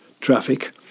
traffic